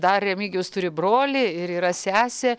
dar remigijus turi brolį ir yra sesė